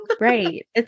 Right